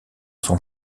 son